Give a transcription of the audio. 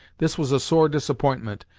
this was a sore disappointment,